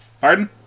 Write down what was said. Pardon